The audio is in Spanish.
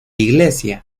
iglesia